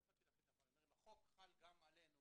אם החוק חל גם עלינו